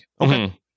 Okay